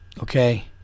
okay